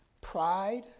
Pride